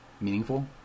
meaningful